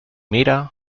mira